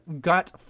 Got